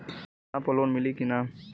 सोना पर लोन मिली की ना?